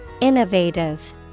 Innovative